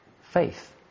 faith